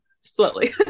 slowly